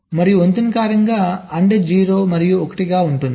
మరియు వంతెన కారణంగా AND 0 మరియు 1 గా ఉంటుంది